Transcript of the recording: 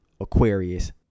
Aquarius